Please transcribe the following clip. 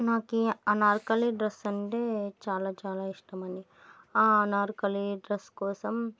నాకు అనార్కలి డ్రెస్ అంటే చాలా చాలా ఇష్టమని ఆ అనార్కలి డ్రెస్ కోసం